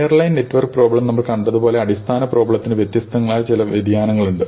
airline network problem നമ്മൾ കണ്ടതുപോലെ അടിസ്ഥാന പ്രോബ്ലത്തിന് വ്യത്യസ്തങ്ങളായ ചില വ്യതിയാനങ്ങളുണ്ട്